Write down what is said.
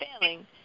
failing